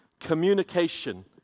communication